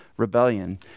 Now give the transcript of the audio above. Rebellion